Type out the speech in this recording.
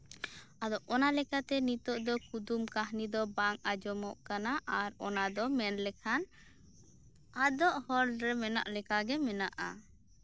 ᱟᱫᱚ ᱚᱱᱟ ᱞᱮᱠᱟᱛᱮ ᱱᱤᱛᱚᱜ ᱫᱚ ᱠᱩᱫᱩᱢ ᱠᱟᱹᱦᱱᱤ ᱫᱚ ᱵᱟᱝ ᱟᱸᱡᱚᱢᱚᱜ ᱠᱟᱱᱟ ᱟᱨ ᱚᱱᱟ ᱫᱚ ᱢᱮᱱ ᱞᱮᱠᱷᱟᱱ ᱟᱫᱚᱜ ᱦᱚᱨ ᱨᱮ ᱢᱮᱱᱟᱜ ᱞᱮᱠᱟᱜᱮ ᱢᱮᱱᱟᱜᱼᱟ